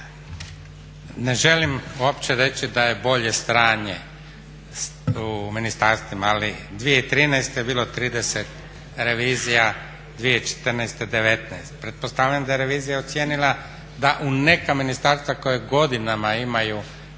Ne želim opće reći da je bolje stanje u ministarstvima, ali 2013. je bilo 30 revizija, 2014. 19. Pretpostavljam da je revizija ocijenila da u neka ministarstva koja godinama imaju